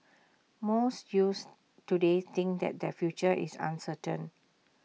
most youths today think that their future is uncertain